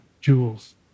jewels